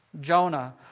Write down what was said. Jonah